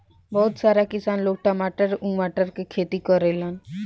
बहुत सारा किसान लोग टमाटर उमाटर के खेती करेलन